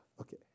Okay